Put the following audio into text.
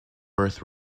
birth